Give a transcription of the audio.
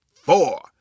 four